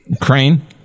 Crane